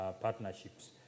partnerships